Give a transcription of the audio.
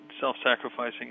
self-sacrificing